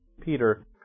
Peter